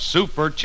Super